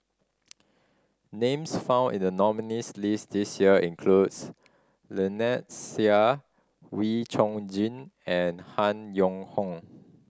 names found in the nominees' list this year includes Lynnette Seah Wee Chong Jin and Han Yong Hong